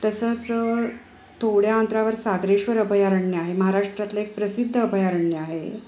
तसंच थोड्या अंतरावर सागरेश्वर अभयारण्य आहे महाराष्ट्रातलं एक प्रसिद्ध अभयारण्य आहे